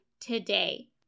today